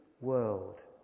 world